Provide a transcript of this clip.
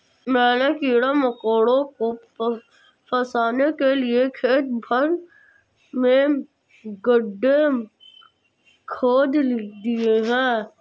मैंने कीड़े मकोड़ों को फसाने के लिए खेत भर में गड्ढे खोद दिए हैं